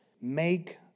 Make